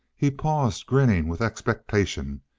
he paused, grinning with expectation,